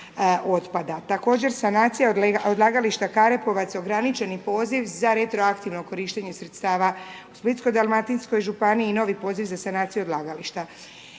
Također, sanacija odlagališta Karepovac, ograničeni poziv za retroaktivno korištenje sredstava u Splitsko-dalmatinskoj županiji i novi poziv za sanaciju odlagališta.